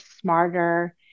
smarter